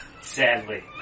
Sadly